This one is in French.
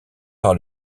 par